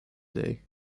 day